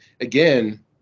Again